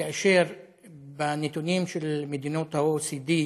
כאשר בנתונים של מדינות ה-OECD,